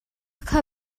kha